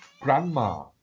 grandma